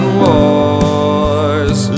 wars